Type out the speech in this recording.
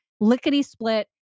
lickety-split